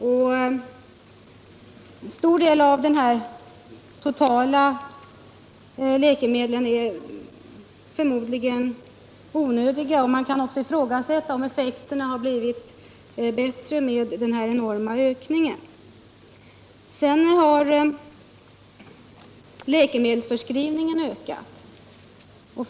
En stor del av den totala mängden av läkemedel är förmodligen onödig. Man kan ifrågasätta om effekten blivit bättre med hjälp av den enorma ökningen. Läkemedelsförskrivningen har också ökat.